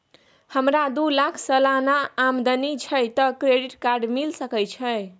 हमरा दू लाख सालाना आमदनी छै त क्रेडिट कार्ड मिल सके छै?